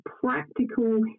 practical